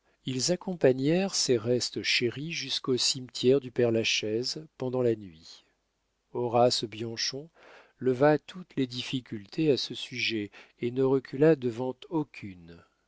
ils accompagnèrent ces restes chéris jusqu'au cimetière du père-lachaise pendant la nuit horace bianchon leva toutes les difficultés à ce sujet et ne recula devant aucune